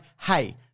hey